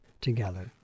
together